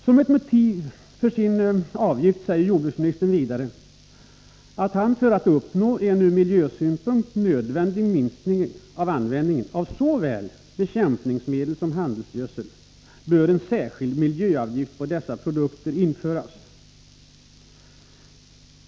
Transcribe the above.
Som ett motiv för den föreslagna avgiften säger jordbruksministern vidare att man, för att uppnå en ur miljösynpunkt nödvändig minskning av användningen av såväl bekämpningsmedel som handelsgödsel, bör införa en särskild miljöavgift på dessa produkter.